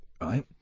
Right